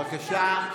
בבקשה.